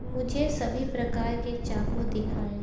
मुझे सभी प्रकार के चाकू दिखाएँ